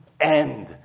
end